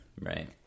Right